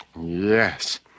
Yes